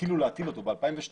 התחילו להטיל אותו ב-2012,